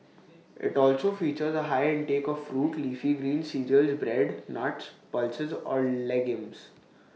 IT also features A high intake of fruit leafy greens cereals bread nuts pulses or legumes